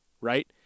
right